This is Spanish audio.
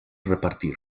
repartir